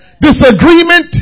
disagreement